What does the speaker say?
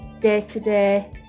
day-to-day